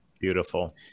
Beautiful